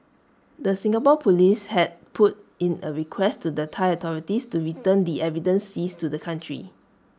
the Singapore Police had put in A request to the Thai authorities to return the evidence seized to the country